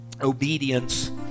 Obedience